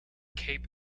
cape